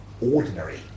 ordinary